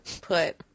put